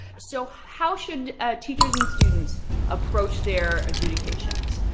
so how should teachers and students approach their adjudications?